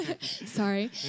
Sorry